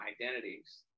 identities